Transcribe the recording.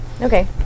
Okay